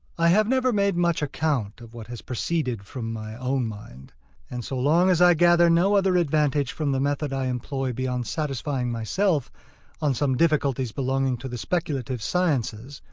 i have never made much account of what has proceeded from my own mind and so long as i gathered no other advantage from the method i employ beyond satisfying myself on some difficulties belonging to the speculative sciences,